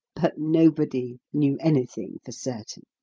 but nobody knew anything for certain.